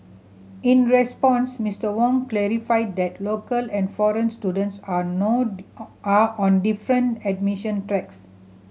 in response Mister Wong clarified that local and foreign students are no are on different admission tracks